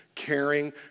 caring